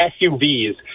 SUVs